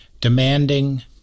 demanding